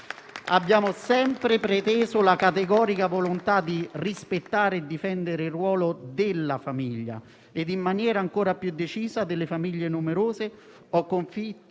Abbiamo sempre preteso la categorica volontà di rispettare e difendere il ruolo della famiglia e, in maniera ancora più decisa, delle famiglie numerose o con figli